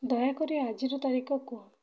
ଦୟାକରି ଆଜିର ତାରିଖ କୁହ